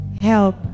Help